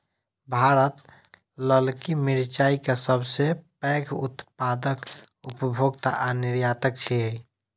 भारत ललकी मिरचाय के सबसं पैघ उत्पादक, उपभोक्ता आ निर्यातक छियै